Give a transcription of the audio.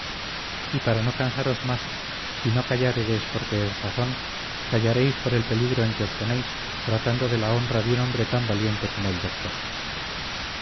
y para no cansaros más si no calláredes porque es razón callareis por el peligro en que os poneis tratando de la honra de un hombre tan valiente como el doctor